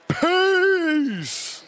Peace